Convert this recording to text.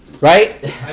Right